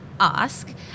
Ask